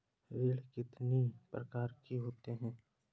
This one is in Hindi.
ऋण कितनी प्रकार के होते हैं?